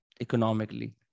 economically